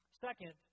Second